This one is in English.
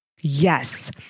Yes